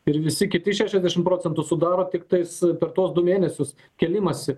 ir visi kiti šešiasdešimt procentų sudaro tiktai su per tuos du mėnesius kėlimąsi